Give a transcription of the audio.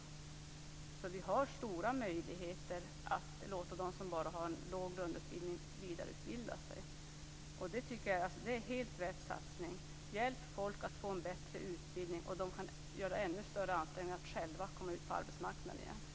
Vi har alltså stora möjligheter att låta dem som bara har en låg grundutbildning vidareutbilda sig. Det tycker jag är en helt riktig satsning. Hjälp alltså människor att få en bättre utbildning, och de kan göra ännu större ansträngningar att själva komma ut på arbetsmarknaden igen!